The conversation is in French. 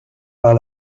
par